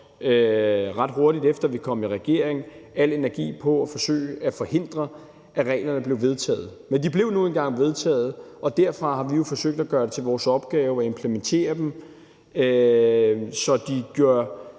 ret hurtigt efter vi kom i regering, al energi på at forsøge at forhindre, at reglerne blev vedtaget. Men de blev nu engang vedtaget, og derfra har vi jo forsøgt at gøre det til vores opgave at implementere dem, både så